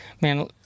man